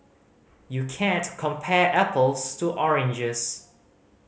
you can't compare apples to oranges